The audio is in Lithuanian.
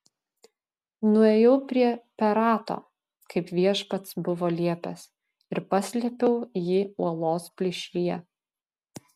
nuėjau prie perato kaip viešpats buvo liepęs ir paslėpiau jį uolos plyšyje